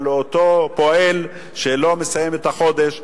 אלא על אותו פועל שלא מסיים את החודש,